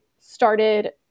started